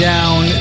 Down